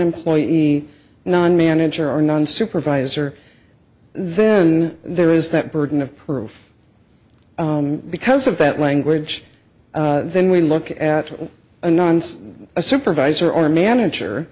employee non manager or non supervisor then there is that burden of proof because of that language then we look at a nonce a supervisor or manager